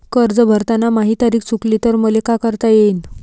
कर्ज भरताना माही तारीख चुकली तर मले का करता येईन?